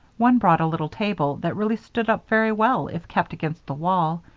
one brought a little table that really stood up very well if kept against the wall,